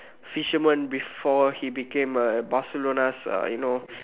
fisherman before he became a Barcelona's uh you know